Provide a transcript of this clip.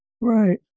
Right